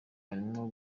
harimo